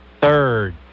third